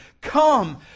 Come